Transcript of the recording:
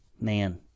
man